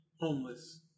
homeless